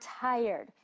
tired